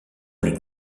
plus